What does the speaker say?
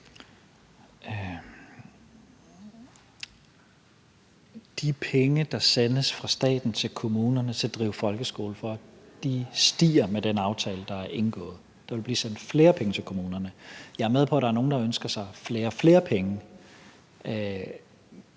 De penge, der sendes fra staten til kommunerne til at drive folkeskole for, stiger med den aftale, der er indgået. Der vil blive sendt flere penge til kommunerne. Jeg er med på, at der er nogen, der ønsker sig flere flere penge,